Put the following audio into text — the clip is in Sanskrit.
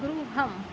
गृहम्